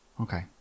Okay